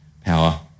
power